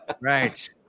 Right